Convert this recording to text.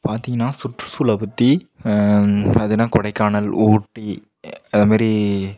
பார்த்தீங்கன்னா சுற்றுசூழலை பற்றி அது என்ன கொடைக்கானல் ஊட்டி அதமாரி